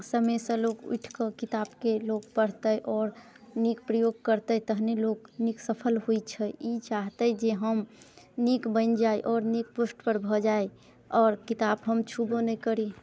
समयसँ लोक उठिकऽ किताबके लोक पढ़तै आओर नीक प्रयोग करतै तहने लोक नीक सफल होइ छै ई चाहतै जे हम नीक बनि जाइ आओर नीक पोस्टपर भऽ जाइ आओर किताब हम छूबो नहि करी